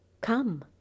Come